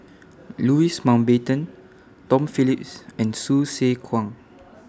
Louis Mountbatten Tom Phillips and Hsu Tse Kwang